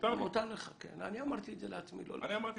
אם אפשר